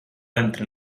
entre